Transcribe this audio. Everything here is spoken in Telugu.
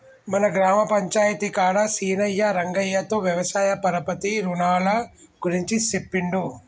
మన గ్రామ పంచాయితీ కాడ సీనయ్యా రంగయ్యతో వ్యవసాయ పరపతి రునాల గురించి సెప్పిండు